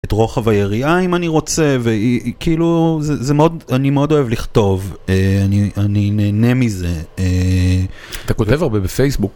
את רוחב היריעה אם אני רוצה, וכאילו זה מאוד, אני מאוד אוהב לכתוב, אני נהנה מזה. אתה כותב הרבה בפייסבוק.